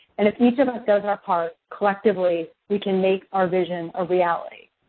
and if each of us does our part, collectively, we can make our vision a reality.